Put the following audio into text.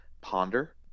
ponder